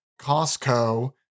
Costco